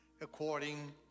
according